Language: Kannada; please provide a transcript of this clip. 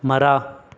ಮರ